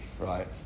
Right